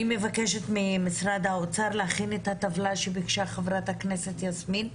אני מבקשת ממשרד האוצר להכין את הטבלה שביקשה חברת הכנסת יסמין פרידמן,